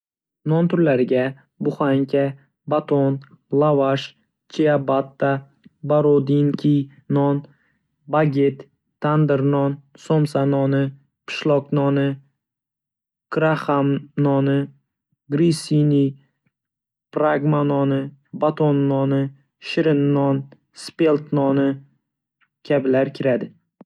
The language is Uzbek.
Non turlariga: Buxanka, baton, lavash, chiabatta, borodinskiy non, baget, tandir non, somsa noni, qishloq noni, qraham noni, grissini, prokma noni, baton noni, shirin non, spelt noni kabilar kiradi.